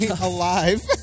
alive